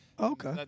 Okay